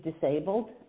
disabled